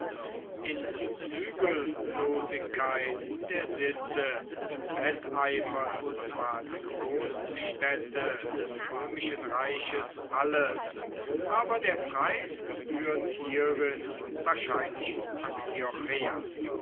in zügellosigkeit der sitte wetteiferten zwar die großstädte des römischen reiches alle aber der preis gebührt hierin wahrscheinlich